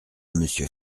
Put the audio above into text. monsieur